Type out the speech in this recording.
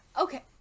Okay